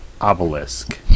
obelisk